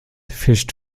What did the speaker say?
fischt